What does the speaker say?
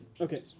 okay